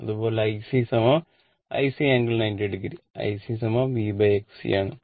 അതുപോലെ IC iC ∟ 90 o iC VXC ആണ്